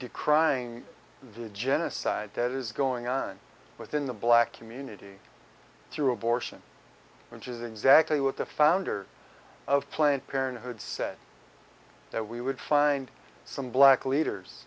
decrying the genocide that is going on within the black community through abortion which is exactly what the founder of planned parenthood said that we would find some black leaders